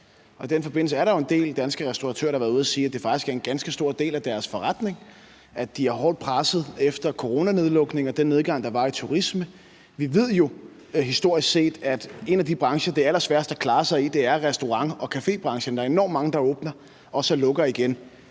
I den forbindelse er der en del danske restauratører, der har været ude at sige, at det faktisk er en ganske stor del af deres forretning, og at de er hårdt presset efter coronanedlukningen og den nedgang, der var i turisme. Vi ved jo historisk set, at en af de brancher, det er allersværest at klare sig i, er restaurant- og cafébranchen; der er enormt mange, der åbner og så lukker igen.